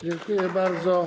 Dziękuję bardzo.